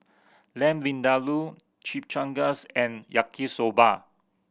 Lamb Vindaloo Chimichangas and Yaki Soba